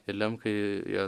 ir lemkai jie